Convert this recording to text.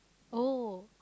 oh